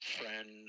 friend